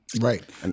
Right